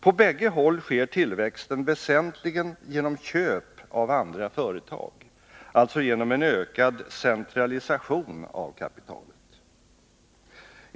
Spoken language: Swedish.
På bägge håll sker tillväxten väsentligen genom köp av andra företag, alltså genom en ökad centralisation av kapitalet.